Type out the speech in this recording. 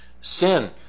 sin